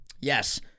Yes